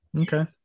okay